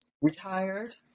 retired